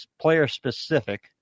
player-specific